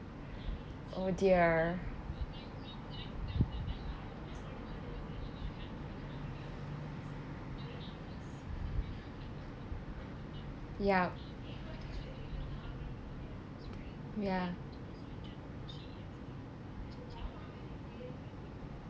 oh dear yup ya